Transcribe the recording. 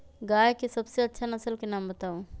गाय के सबसे अच्छा नसल के नाम बताऊ?